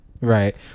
Right